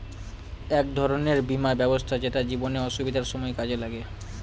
এক ধরনের বীমা ব্যবস্থা যেটা জীবনে অসুবিধার সময় কাজে লাগে